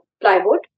plywood